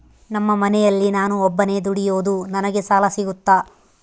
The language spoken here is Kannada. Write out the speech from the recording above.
ನಮ್ಮ ಮನೆಯಲ್ಲಿ ನಾನು ಒಬ್ಬನೇ ದುಡಿಯೋದು ನನಗೆ ಸಾಲ ಸಿಗುತ್ತಾ?